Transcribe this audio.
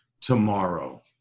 tomorrow